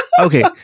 Okay